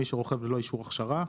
מי שרוכב ללא אישור הכשרה,